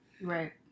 Right